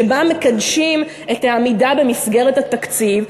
שבה מקדשים את העמידה במסגרת התקציב,